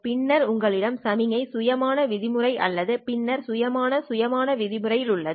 பின்னர் உங்களிடம் சமிக்ஞை சுயமான விதிமுறை உள்ளது பின்னர் சுயமான சுயமான விதிமுறை உள்ளது